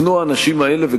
האנשים האלה הופנו,